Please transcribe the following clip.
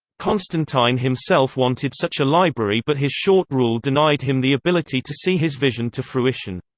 constantine himself wanted such a library but his short rule denied him the ability to see his vision to fruition.